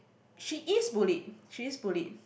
she is bullied she is bullied